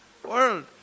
world